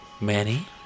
Manny